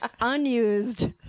Unused